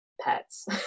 pets